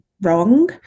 wrong